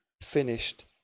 finished